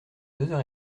heures